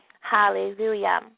Hallelujah